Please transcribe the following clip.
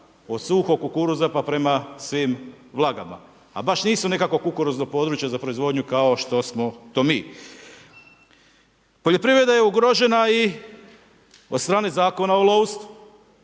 od suhog kukuruza pa prema svim vlagama. A baš nisu nekakvo kukuruzno područje za proizvodnju, kao što smo to mi. Poljoprivreda je ugrožena i od strane Zakona o lovstvu.